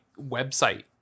website